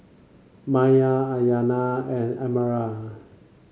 Meyer Aryanna and Emerald